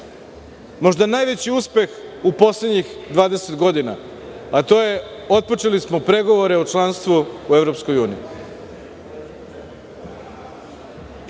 možda najveći uspeh u poslednjih 20 godina, a to su – otpočeli smo pregovore o članstvu u